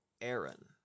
Aaron